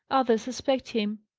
others suspect him.